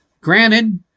Granted